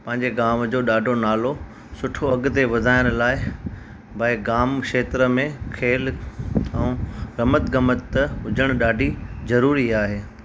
पंहिंजे गांव जो ॾाढो नालो सुठो अॻिते वधाइण लाइ भाई गांव खेत्र में खेल ऐं रमत गमत हुजण ॾाढी ज़रूरी आहे